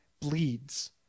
bleeds